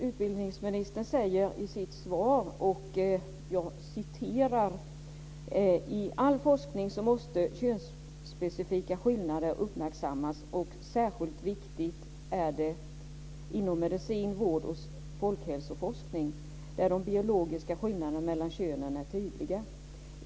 Utbildningsministern säger så här i sitt svar: "I all forskning måste könsspecifika skillnader uppmärksammas, och särskilt viktigt är det inom medicin, vård och folkhälsoforskning, där de biologiska skillnaderna mellan könen är tydliga.